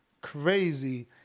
crazy